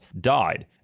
died